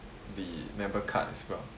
the member card as well